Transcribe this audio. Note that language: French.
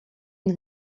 une